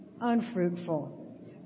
unfruitful